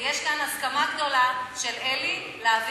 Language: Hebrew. יש הסכמה לזה?